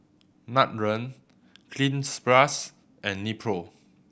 Nutren Cleanz Plus and Nepro